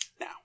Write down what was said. now